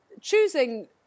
choosing